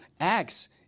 Acts